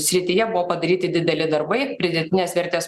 srityje buvo padaryti dideli darbai pridėtinės vertės